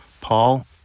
Paul